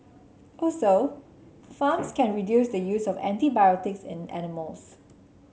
also farms can reduce the use of antibiotics in animals